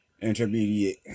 intermediate